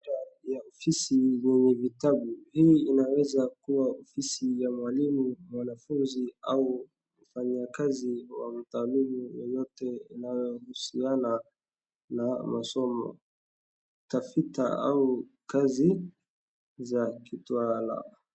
Ofisi yenye vitabu. Hii inaweza kuwa ofisi ya mwalimu, mwanafunzi au mfanyikazi wa utamili yoyote inayohusiana na masomo tafita au kazi za kitaalam.